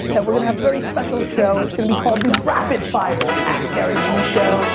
that we're gonna have a very special show. it's gonna be called the rapid fire askgaryvee um ah show.